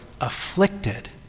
afflicted